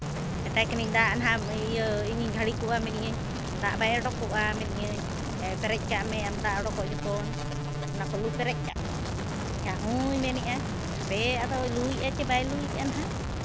ᱢᱮᱛᱟᱭ ᱠᱟᱹᱱᱟᱹᱧ ᱫᱟᱜ ᱱᱟᱦᱟᱜ ᱤᱭᱟᱹ ᱤᱧᱤᱧ ᱜᱷᱟᱹᱲᱤᱠᱚᱜᱼᱟ ᱢᱮᱱᱮᱫ ᱟᱹᱧ ᱫᱟᱜ ᱵᱟᱭ ᱚᱰᱳᱠᱚᱜᱼᱟ ᱢᱮᱱᱮ ᱟᱹᱧ ᱯᱮᱨᱮᱡ ᱠᱟᱜ ᱢᱮ ᱟᱢ ᱫᱟᱜ ᱚᱰᱳᱠᱚᱜ ᱡᱚᱠᱷᱚᱱ ᱚᱱᱟ ᱠᱚ ᱞᱩ ᱯᱮᱨᱮᱡ ᱠᱟᱜ ᱢᱮ ᱮᱱᱠᱷᱟᱱ ᱦᱮᱸᱭ ᱢᱮᱱᱮᱫᱼᱟᱭ ᱦᱟᱯᱮ ᱟᱫᱚ ᱞᱩᱭᱮ ᱟᱭ ᱪᱮᱫ ᱵᱟᱭ ᱞᱩᱭᱮᱜ ᱟᱜ ᱱᱟᱦᱟᱜ